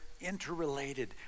interrelated